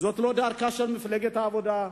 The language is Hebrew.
זאת לא דרכה של מפלגת העבודה.